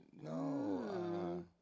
No